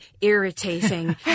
irritating